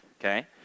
okay